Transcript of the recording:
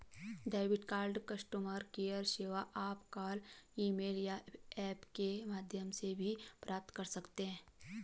debit card customer care सेवा आप call email या ऐप के माध्यम से भी प्राप्त कर सकते हैं